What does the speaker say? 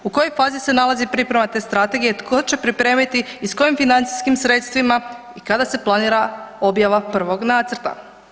U kojoj fazi se nalazi priprema te strategije, tko će pripremiti i s kojim financijskim sredstvima i kada se planira objava prvog nacrta?